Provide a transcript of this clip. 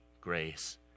grace